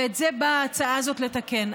ואת זה באה ההצעה הזאת לתקן.